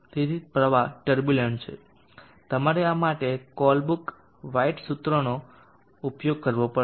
તેથી પ્રવાહ ટર્બુલન્ટ છે તમારે આ માટે કોલબ્રુક સફેદ સૂત્રનો ઉપયોગ કરવો પડશે